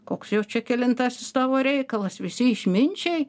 koks jau čia kelintasis tavo reikalas visi išminčiai